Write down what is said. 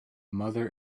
mother